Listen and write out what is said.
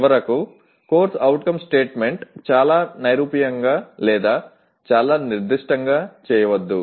చివరకు CO statement చాలా నైరూప్యంగా లేదా చాలా నిర్దిష్టంగా చేయవద్దు